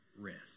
rest